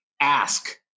ask